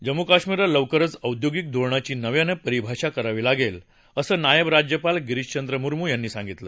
जम्मू कश्मीरला लवकरच औद्योगिक धोरणाची नव्यानं परिभाषा करावी लागेल असं नायब राज्यपाल गिरीशचंद्र मुरमू यांनी सांगितलं